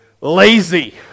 lazy